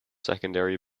secondary